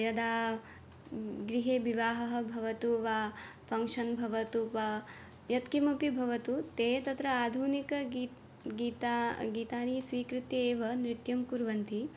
यदा गृहे विवाहः भवतु वा फ़ङ्ग्शन् भवतु वा यत् किमपि भवतु ते तत्र आधुनिक गी गीता गीतानि स्वीकृत्य एव नृत्यं कुर्वन्ति